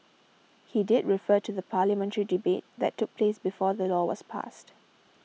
he did refer to the parliamentary debate that took place before the law was passed